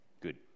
Good